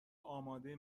اماده